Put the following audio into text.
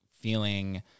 feeling